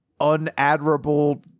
unadmirable